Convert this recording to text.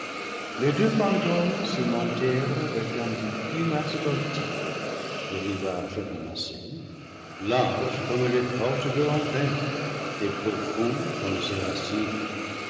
les deux fantômes cimentèrent avec un bitume asphaltique le rivage ramassé large comme les portes de l'enfer et profond comme ses racines